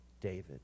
David